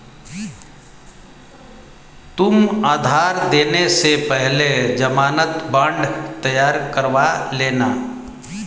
तुम उधार देने से पहले ज़मानत बॉन्ड तैयार करवा लेना